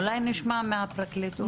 אולי נשמע מהפרקליטות.